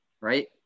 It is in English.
right